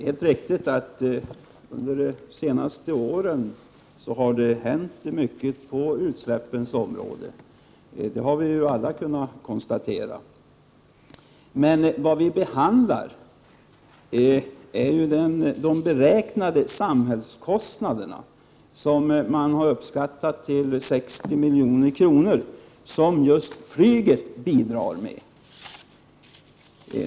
Fru talman! Det är helt riktigt att det har hänt mycket när det gäller utsläpp de senaste åren. Det har vi alla kunnat konstatera. Det vi nu diskuterar är de samhällsekonomiska kostnaderna för flygets utsläpp, som man har uppskattat till 60 milj.kr.